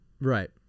Right